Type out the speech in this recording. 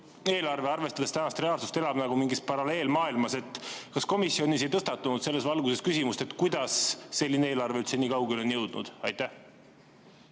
eelarve, arvestades tänast reaalsust, elab nagu mingis paralleelmaailmas. Kas komisjonis ei tõstatunud selles valguses küsimust, kuidas selline eelarve üldse nii kaugele on jõudnud? Aitäh,